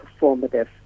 performative